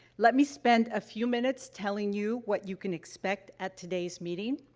let me spend a few minutes telling you what you can expect at today's meeting.